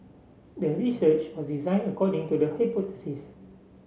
the research was designed according to the hypothesis